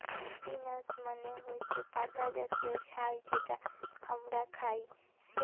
spinach মানে হৈসে পাতা জাতীয় শাক যেটা হামরা খাই